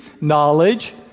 knowledge